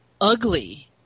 ugly